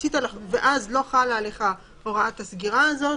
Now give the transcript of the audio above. ואז לא חלה עליך הוראת הסגירה הזאת.